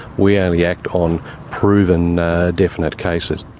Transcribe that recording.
we only act on proven definite cases.